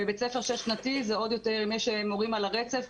בבית ספר שש שנתי זה עוד יותר אם יש מורים על הרצף,